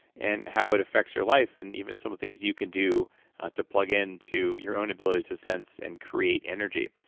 and how it affects your life, and even some of the things you can do to plug into your own ability to sense and create energy.